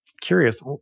curious